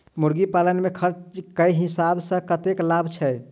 मुर्गी पालन मे खर्च केँ हिसाब सऽ कतेक लाभ छैय?